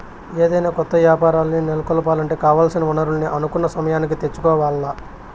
ఏదైనా కొత్త యాపారాల్ని నెలకొలపాలంటే కావాల్సిన వనరుల్ని అనుకున్న సమయానికి తెచ్చుకోవాల్ల